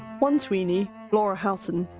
one tweeny, laura halton,